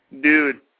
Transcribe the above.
Dude